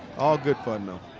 all good fun, though.